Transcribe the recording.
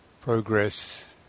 progress